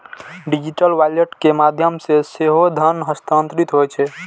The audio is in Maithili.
डिजिटल वॉलेट के माध्यम सं सेहो धन हस्तांतरित होइ छै